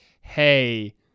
Hey